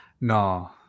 No